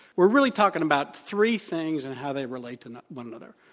we're really talking about three things and how they relate to one another.